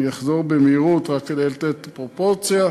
אני אחזור במהירות רק כדי לתת פרופורציה: